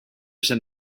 send